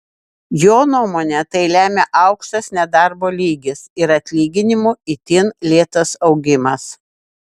jo nuomone tai lemia aukštas nedarbo lygis ir atlyginimų itin lėtas augimas